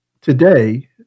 today